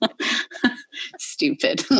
Stupid